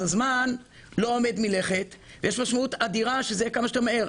הזמן לא עומד מלכת ויש משמעות אדירה לכך שזה יהיה כמה שיותר מהר.